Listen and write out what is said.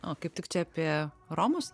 o kaip tik čia apie romus